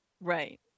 Right